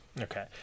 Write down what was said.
Okay